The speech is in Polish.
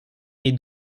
jej